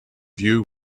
view